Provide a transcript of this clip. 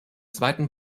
zweiten